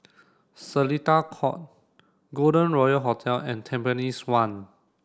Seletar Court Golden Royal Hotel and Tampines one